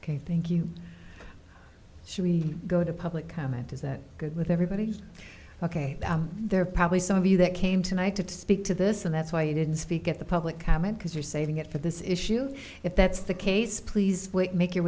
ok thank you should we go to public comment is that good with everybody's ok there are probably some of you that came tonight to speak to this and that's why you didn't speak at the public comment because you're saving it for this issue if that's the case please quit make your